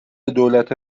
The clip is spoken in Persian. دولت